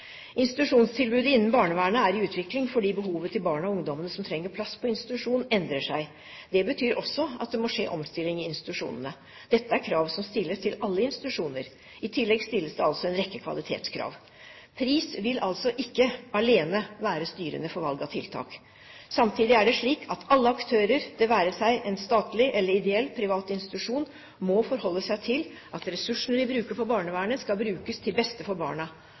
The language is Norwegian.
Institusjonstilbudet innen barnevernet er i utvikling fordi behovet til barna og ungdommene som trenger plass på institusjon, endrer seg. Det betyr også at det må skje omstilling i institusjonene. Dette er krav som stilles til alle institusjoner. I tillegg stilles det altså en rekke kvalitetskrav. Pris vil altså ikke alene være styrende for valg av tiltak. Samtidig er det slik at alle aktører, det være seg en statlig eller ideell privat institusjon, må forholde seg til at ressursene vi bruker på barnevernet, skal brukes til beste for barna.